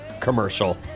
commercial